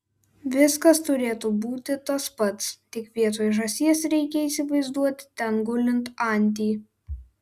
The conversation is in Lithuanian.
viskas turėtų būti tas pats tik vietoj žąsies reikia įsivaizduoti ten gulint antį